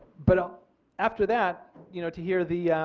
but after that you know to hear the